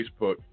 Facebook